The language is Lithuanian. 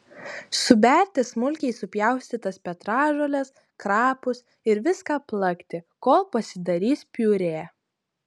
suberti smulkiai supjaustytas petražoles krapus ir viską plakti kol pasidarys piurė